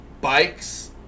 Bikes